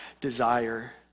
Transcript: desire